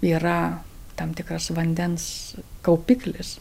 yra tam tikras vandens kaupiklis